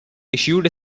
issued